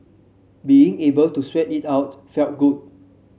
being able to sweat it out felt good